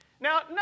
now